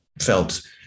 felt